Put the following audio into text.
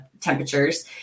temperatures